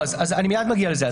אני מייד מגיע לזה.